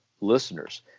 listeners